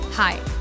Hi